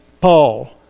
Paul